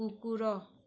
କୁକୁର